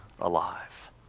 alive